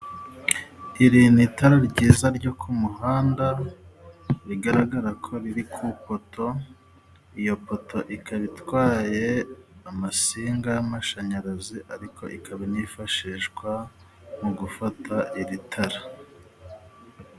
Iri ni itara ryiza ryo ku muhanda rigaragara ko riri ku ipoto, iyo poto ikaba itwaye amasinga y'amashanyarazi ariko ikaba inifashishwa mu gufata iri tara.